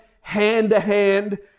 hand-to-hand